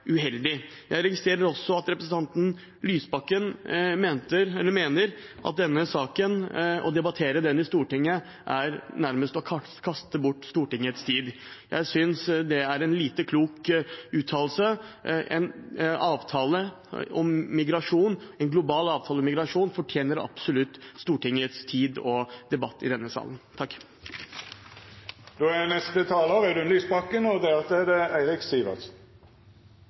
uheldig. Jeg registrerer også at representanten Lysbakken mener at det å debattere denne saken i Stortinget, nærmest er å kaste bort Stortingets tid. Jeg synes det er en lite klok uttalelse. En global avtale om migrasjon fortjener absolutt Stortingets tid og debatt i denne salen. Trusselen om at atomvåpen kan bli tatt i bruk, enten gjennom atomangrep eller gjennom uhell, er en vedvarende og